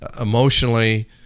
emotionally